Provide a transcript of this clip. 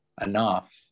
enough